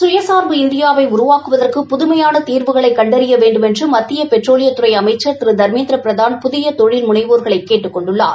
சுய சார்பு இந்தியாவை உருவாக்குவதற்கு புதுமையான தீர்வுகளை கண்டறிய வேண்டுமென்று மத்திய பெட்ரோலியத்துறை அமைச்சர் திரு தர்மேந்திர பிரதான் புதிய தொழில் முனைவோர்களை கேட்டுக் கொண்டுள்ளார்